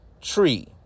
tree